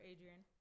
Adrian